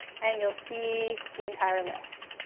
and you'll see the entire list.